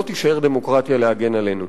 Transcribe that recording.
לא תישאר דמוקרטיה להגן עלינו.